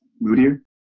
moodier